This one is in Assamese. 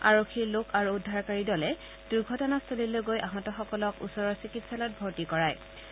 আৰক্ষীৰ লোক আৰু উদ্ধাৰকাৰীৰ দলে দূৰ্ঘটনাস্থলীলৈ গৈ আহতসকলক ওচৰৰ চিকিৎসালয়ত ভৰ্তি কৰোৱা হৈছে